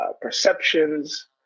perceptions